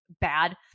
bad